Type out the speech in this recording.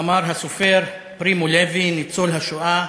אמר הסופר פרימו לוי, ניצול השואה: